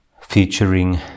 featuring